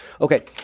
Okay